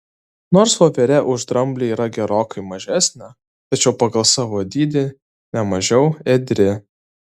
nors voverė už dramblį yra gerokai mažesnė tačiau pagal savo dydį ne mažiau ėdri